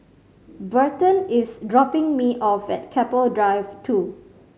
Burton is dropping me off at Keppel Drive Two